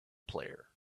player